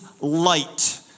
light